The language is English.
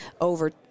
over